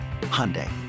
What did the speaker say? Hyundai